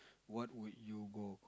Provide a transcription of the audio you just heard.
what would you go